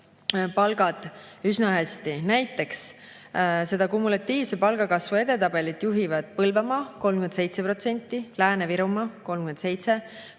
palgad üsna hästi. Näiteks seda kumulatiivse palgakasvu edetabelit juhivad Põlvamaa – 37%, Lääne-Virumaa – 37%,